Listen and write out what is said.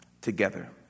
together